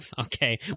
Okay